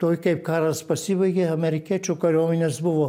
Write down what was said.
tuoj kaip karas pasibaigė amerikiečių kariuomenės buvo